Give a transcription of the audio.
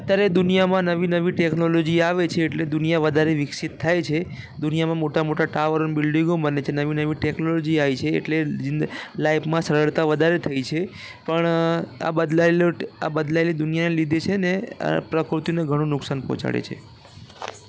અત્યારે દુનિયામાં નવી નવી ટેક્નોલોજી આવે છે એટલે દુનિયા વધારે વિકસીત થાય છે દુનિયામાં મોટા મોટા ટાવરો ન બિલ્ડીંગો બને છે નવી નવી ટેક્નોલોજી આવી છે એટલે જીંદ લાઈફમાં સરળતા વધારે થઈ છે પણ આ બદલાયેલ ટેક આ બદલાયેલી દુનિયાને લીધે છે ને પ્રકૃતિને ઘણું નુકસાન પહોંચાડે છે